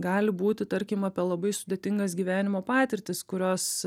gali būti tarkim apie labai sudėtingas gyvenimo patirtis kurios